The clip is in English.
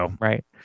Right